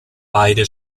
beide